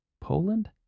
Poland